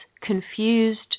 confused